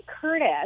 Curtis